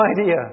idea